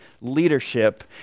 leadership